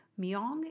Myong